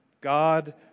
God